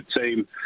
team